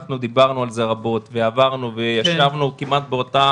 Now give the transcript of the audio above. אנחנו דיברנו על זה רבות וישבנו כמעט באותה